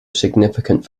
significant